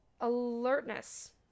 alertness